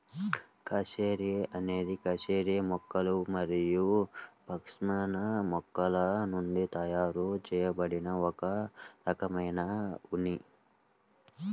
cashmere అనేది cashmere మేకలు మరియు పష్మినా మేకల నుండి తయారు చేయబడిన ఒక రకమైన ఉన్ని